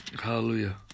Hallelujah